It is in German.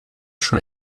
schon